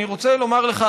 אני רוצה לומר לך,